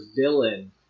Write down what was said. villain